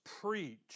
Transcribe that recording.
preach